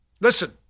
Listen